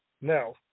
Now